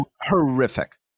horrific